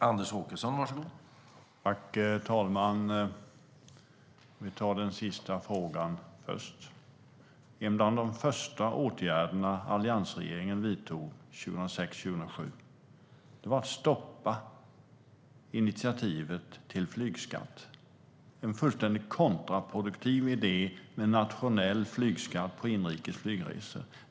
Herr talman! Jag tar den sista frågan först. En av de första åtgärderna alliansregeringen vidtog 2006/07 var att stoppa initiativet till flygskatt. Det var en fullständigt kontraproduktiv idé om nationell flygskatt på inrikes flygresor.